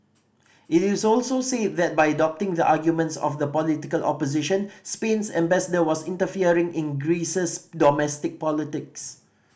it is also said that by adopting the arguments of the political opposition Spain's ambassador was interfering in Greece's domestic politics